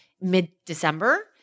mid-December